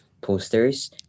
posters